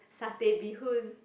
satay bee hoon